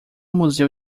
museu